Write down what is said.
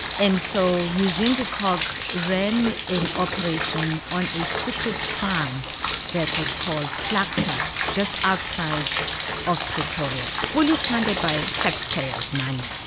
and so eugene de kock ran an operation on a secret farm that was called vlakplaas, just outside of pretoria, fully funded by tax payers' money.